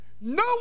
No